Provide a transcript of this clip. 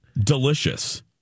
delicious